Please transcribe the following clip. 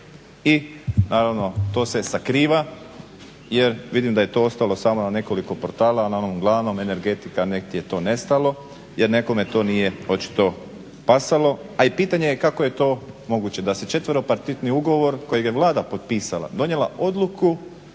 i naravno to se sakriva, jer vidim da je to ostalo samo na nekoliko portala, na onom glavnom energetika negdje je to nestalo jer nekome to nije očito pasalo, a i pitanje je kako je to moguće da se četvero partitni ugovor kojeg je Vlada potpisala donijela odluku